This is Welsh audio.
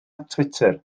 twitter